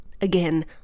Again